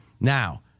Now